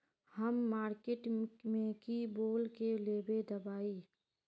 हम मार्किट में की बोल के लेबे दवाई?